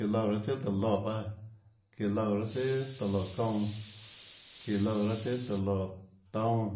Iã loúã raâ tsùà tóå loè pahâ, iã loúã raâ tsùà tóå loè çounã, iã loúã raâ tsùà tóå loètoúnâ,